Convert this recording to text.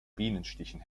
bienenstichen